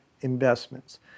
investments